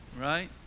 right